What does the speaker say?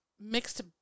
mixed